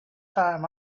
time